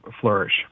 flourish